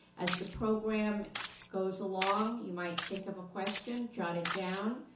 as the program goes along you might think of a question, jot it down.